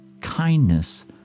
kindness